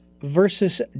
versus